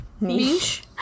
Niche